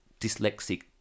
dyslexic